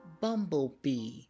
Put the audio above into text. bumblebee